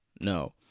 No